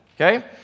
okay